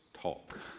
talk